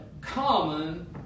common